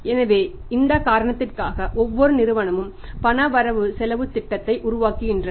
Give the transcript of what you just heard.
எனவே இந்த காரணத்திற்காக ஒவ்வொரு நிறுவனமும் பண வரவு செலவுத் திட்டத்தை உருவாக்குகின்றன